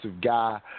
guy